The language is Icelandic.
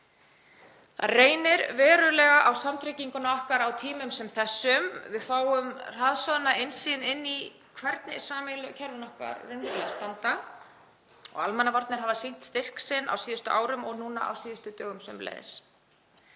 Það reynir verulega á samtrygginguna okkar á tímum sem þessum. Við fáum hraðsoðna innsýn inn í hvernig sameiginlegu kerfin okkar raunverulega standa. Almannavarnir hafa sýnt styrk sinn á síðustu árum og núna á síðustu dögum sömuleiðis.